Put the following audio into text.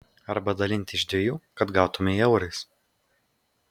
arba dalinti iš dviejų kad gautumei eurais